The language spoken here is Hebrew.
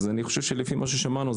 אני חושב שלפי מה ששמענו,